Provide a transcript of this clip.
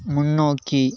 முன்னோக்கி